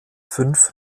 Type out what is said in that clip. fünf